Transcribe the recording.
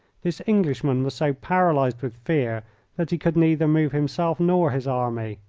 this englishman was so paralysed with fear that he could neither move himself nor his army.